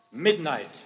Midnight